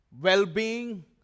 well-being